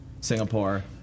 Singapore